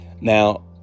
Now